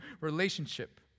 relationship